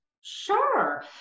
Sure